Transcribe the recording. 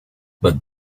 but